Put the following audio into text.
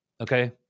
okay